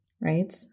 right